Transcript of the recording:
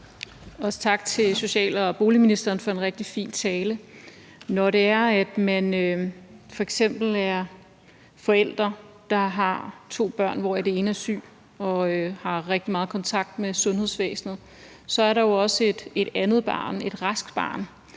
Også tak til social- og boligministeren for en rigtig fin tale. Der er jo, når man f.eks. er forældre, der har to børn, hvoraf den ene er syg og har rigtig meget kontakt med sundhedsvæsenet, så også et andet barn, et raskt barn,